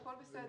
הכול בסדר.